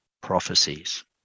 prophecies